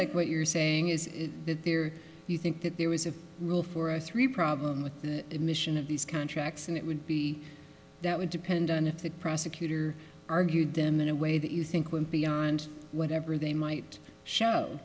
like what you're saying is that there you think that there was a rule for a three problem with the emission of these contracts and it would be that would depend on if the prosecutor argued them in a way that you think went beyond whatever they might show